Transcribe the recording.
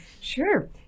Sure